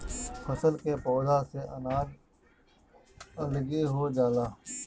फसल के पौधा से अनाज अलगे हो जाला